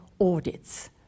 audits